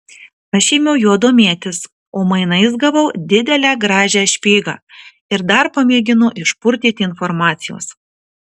aš ėmiau juo domėtis o mainais gavau didelę gražią špygą ir dar pamėgino išpurtyti informacijos